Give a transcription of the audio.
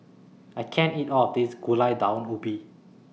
I can't eat All of This Gulai Daun Ubi